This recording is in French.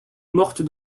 morte